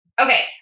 Okay